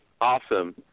Awesome